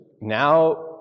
now